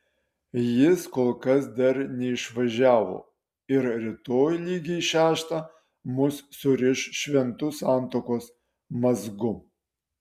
jis kol kas dar neišvažiavo ir rytoj lygiai šeštą mus suriš šventu santuokos mazgu